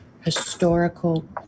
historical